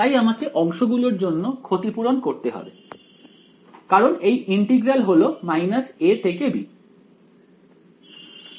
তাই আমাকে অংশগুলোর জন্য ক্ষতিপূরণ দিতে হবে কারণ এই ইন্টিগ্রাল হলো a থেকে b